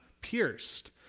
pierced